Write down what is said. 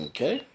Okay